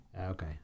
Okay